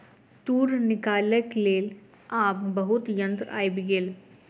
तूर निकालैक लेल आब बहुत यंत्र आइब गेल